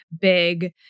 big